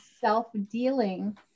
self-dealing